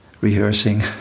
rehearsing